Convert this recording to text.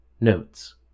Notes